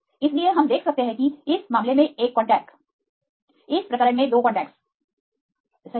इसलिए हम देख सकते हैं कि इस मामले में 1कांटेक्ट इस प्रकरण में 2 कांटेक्टस सही है